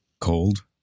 Cold